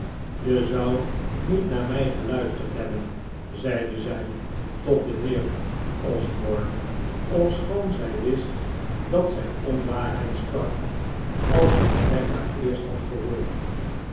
je zou niet naar mij geluisterd hebben zeide zij tot den heer osborne ofschoon zij wist dat zij onwaarheid sprak als je rebecca eerst had gehoord